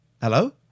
Hello